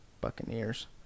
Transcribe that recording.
Buccaneers